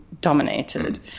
dominated